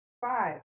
Five